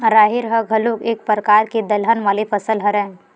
राहेर ह घलोक एक परकार के दलहन वाले फसल हरय